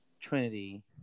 trinity